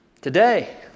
Today